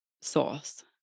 source